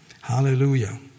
Hallelujah